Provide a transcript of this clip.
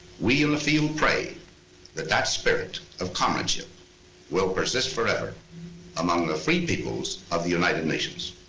we in the field pray that that spirit of comradeship will persist forever among the free peoples of the united nations.